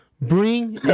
Bring